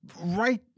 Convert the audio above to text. Right